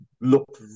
Look